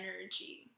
energy